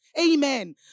Amen